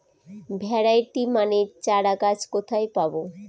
Variety মানের চারাগাছ কোথায় পাবো?